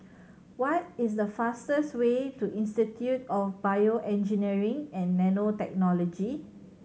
what is the fastest way to Institute of BioEngineering and Nanotechnology